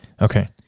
Okay